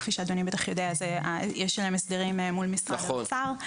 כפי שאתה יודע, יש להם הסדרים מול משרד האוצר.